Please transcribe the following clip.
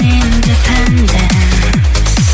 independence